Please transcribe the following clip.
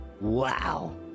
Wow